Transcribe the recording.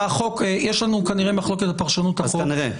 יש לנו כנראה מחלוקת על פרשנות החוק --- אז כנראה,